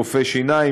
רופאי שיניים,